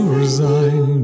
resign